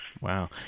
Wow